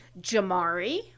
Jamari